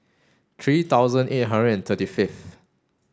three thousand eight hundred and thirty fifth